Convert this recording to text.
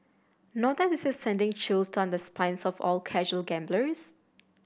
not that this is sending chills down the spines of all casual gamblers